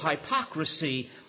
hypocrisy